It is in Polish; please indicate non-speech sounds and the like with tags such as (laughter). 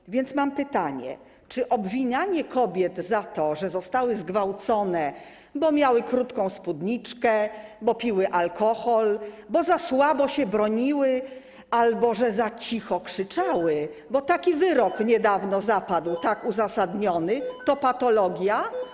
Mam więc pytanie: Czy obwinianie kobiet za to, że zostały zgwałcone, bo miały krótką spódniczkę, bo piły alkohol, bo za słabo się broniły albo że za cicho krzyczały, bo taki wyrok niedawno (noise) zapadł, tak uzasadniony, to patologia?